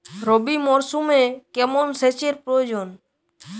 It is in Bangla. রবি মরশুমে কেমন সেচের প্রয়োজন?